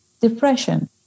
depression